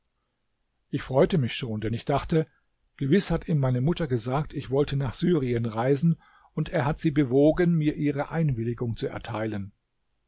ich freute mich schon denn ich dachte gewiß hat ihm meine mutter gesagt ich wollte nach syrien reisen und er hat sie bewogen mir ihre einwilligung zu erteilen